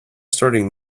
starting